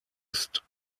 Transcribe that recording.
ist